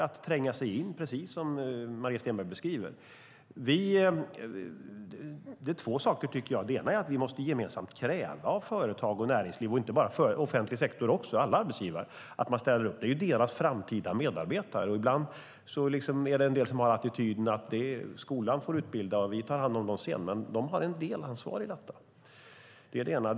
Det ena är att vi gemensamt måste kräva av alla arbetsgivare i både näringsliv och offentlig sektor att de ställer upp. Det är deras framtida medarbetare. Ibland är attityden: Skolan får utbilda, och sedan tar vi hand om dem. Men arbetsgivarna har ett delansvar.